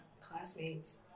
classmates